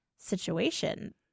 Situation